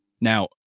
Now